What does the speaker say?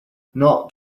not